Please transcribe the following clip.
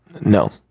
No